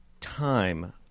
time